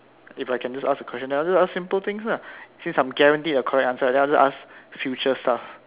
if I can just ask a question then I'll ask simple things lah since I'm guaranteed a correct answer then I'll ask future stuff